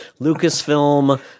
Lucasfilm